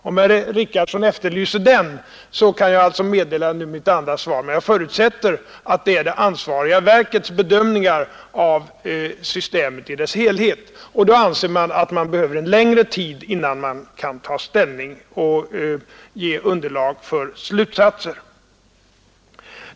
Om det är den herr Richardson efterlyser kan jag ge honom detta svar, men jag förutsätter att det är det ansvariga verkets bedömningar av systemet i sin helhet som han vill ha. Där anser man emellertid att man behöver längre tid innan det går att ta ställning och ge ett underlag för slutsatser.